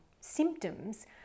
symptoms